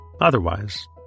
Otherwise